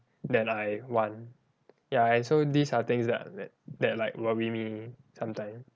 than I want ya and so these are things that that that like worry me sometimes